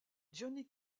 johnny